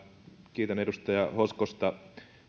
kiitän edustaja hoskosta